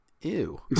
ew